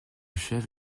chef